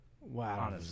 Wow